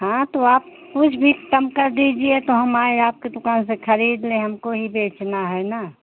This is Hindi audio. हाँ तो आप कुछ भी कम कर दीजिए तो हम आएँ आपकी दुक़ान से खरीद लें हमको ही बेचना है ना